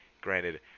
Granted